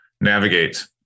navigate